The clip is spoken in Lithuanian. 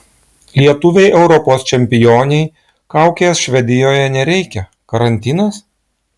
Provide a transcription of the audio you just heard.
lietuvei europos čempionei kaukės švedijoje nereikia karantinas